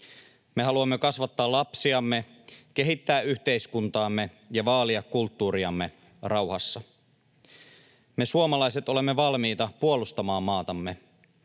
Me haluamme kasvattaa lapsiamme, kehittää yhteiskuntaamme ja vaalia kulttuuriamme rauhassa. Me suomalaiset olemme valmiita puolustamaan maatamme.